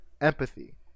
empathy